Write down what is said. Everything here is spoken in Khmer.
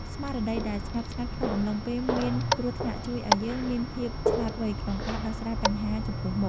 ស្មារតីដែលស្ងប់ស្ងាត់ក្នុងអំឡុងពេលមានគ្រោះថ្នាក់ជួយឱ្យយើងមានភាពឆ្លាតវៃក្នុងការដោះស្រាយបញ្ហាចំពោះមុខ។